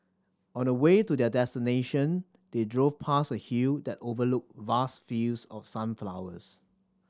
on the way to their destination they drove past a hill that overlooked vast fields of sunflowers